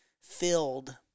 filled